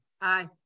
Aye